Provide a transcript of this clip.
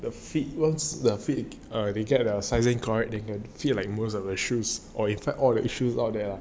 the feet once the feet err you get the sizes correct and can feel like most of their shoes or in fact all of the shoes out there ah